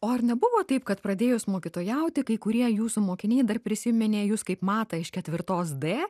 o ar nebuvo taip kad pradėjus mokytojauti kai kurie jūsų mokiniai dar prisiminė jus kaip matą iš ketvirtos d